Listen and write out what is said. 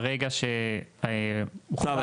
ברגע ש- -- לא,